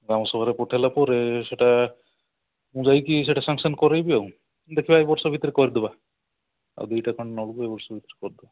ଗ୍ରାମସଭାରେ ପଠାଇଲା ପରେ ସେଇଟା ମୁଁ ଯାଇକି ସେଇଟା ସାକ୍ସନ୍ କରାଇବି ଆଉ ଦେଖିବା ଏ ବର୍ଷ ଭିତରେ କରିଦେବା ଆଉ ଦୁଇଟା କ'ଣ କରିଦେବା